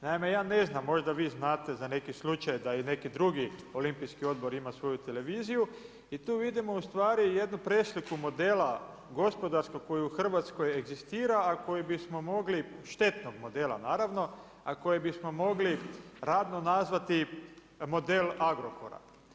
Naime, ja ne znam, možda vi znate za neki slučaj da i neki drugi Olimpijski odbor ima svoju televiziju i tu vidimo ustvari jednu presliku modela gospodarskog koji u Hrvatskoj egzistira a koji bismo mogli, štetnog modela naravno, radno nazvati model Agrokora.